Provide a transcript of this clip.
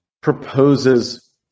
proposes